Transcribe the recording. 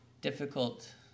difficult